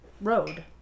road